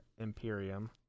Imperium